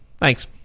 Thanks